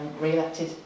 re-elected